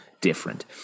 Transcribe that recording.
different